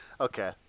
Okay